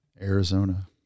Arizona